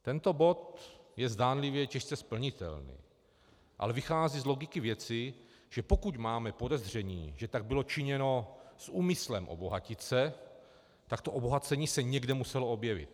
Tento bod je zdánlivě těžce splnitelný, ale vychází z logiky věci, že pokud máme podezření, že tak bylo činěno s úmyslem obohatit se, tak se to obohacení někde muselo objevit.